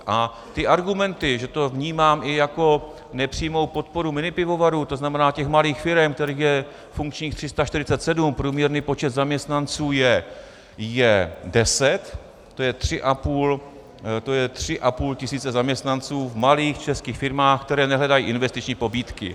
A ty argumenty, že to vnímám i jako nepřímou podporu minipivovarů, to znamená těch malých firem, kterých je funkčních 347, průměrný počet zaměstnanců je deset, to je 3,5 tisíce zaměstnanců v malých českých firmách, které nehledají investiční pobídky.